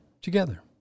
together